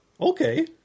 Okay